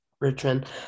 Richmond